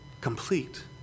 complete